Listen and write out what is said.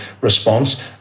response